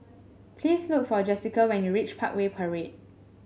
please look for Jessika when you reach Parkway Parade